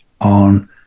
on